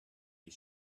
you